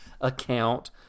account